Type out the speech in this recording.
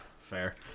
Fair